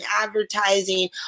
advertising